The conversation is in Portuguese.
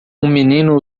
menino